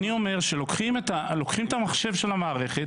אני אומר שלוקחים את המחשב של המערכת